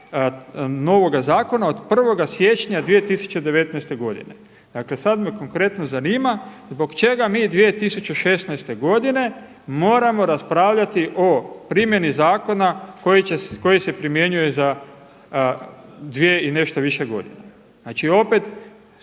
novoga zakona od 1. siječnja 2019. godine. Dakle sad me konkretno zanima zbog čega mi 2016. godine moramo raspravljati o primjeni zakona koji se primjenjuje za 2 i nešto više godina? Znači opet